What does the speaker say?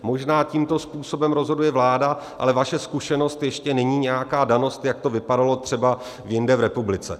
Možná tímto způsobem rozhoduje vláda, ale vaše zkušenost ještě není danost, jak to vypadalo třeba jinde v republice.